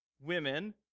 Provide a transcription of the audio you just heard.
women